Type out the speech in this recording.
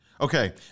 Okay